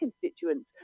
constituents